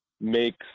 makes